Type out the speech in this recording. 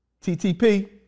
TTP